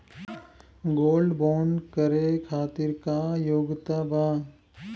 Gold bond करे खातिर का योग्यता बा?